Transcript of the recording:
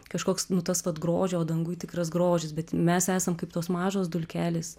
kažkoks nu tas vat grožio o danguj tikras grožis bet mes esam kaip tos mažos dulkelės